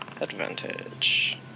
Advantage